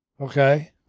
Okay